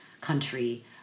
country